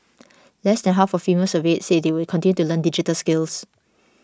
less than half of females surveyed said they would continue to learn digital skills